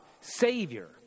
Savior